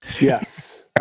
Yes